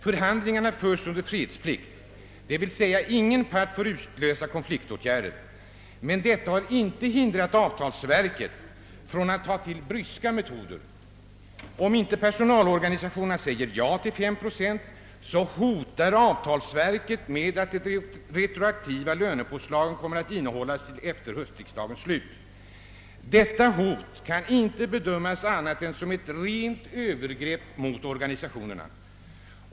För handlingarna förs under fredsplikt, d.v.s. ingen part får utlösa konfliktåtgärder. Men detta har inte hindrat avtalsverket från att ta till bryska metoder. Om inte personalorganisationerna säger ja till fem procent hotar avtalsverket med att de retroaktiva lönepåslagen kommer att innehållas till efter höstriksdagens slut. Detta hot kan inte bedömas annat än som ett rent övergrepp mot organisationerna.